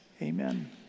Amen